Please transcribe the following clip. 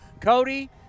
Cody